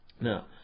Now